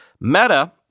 Meta